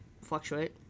fluctuate